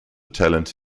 talent